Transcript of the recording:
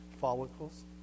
follicles